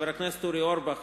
חבר הכנסת אורי אורבך,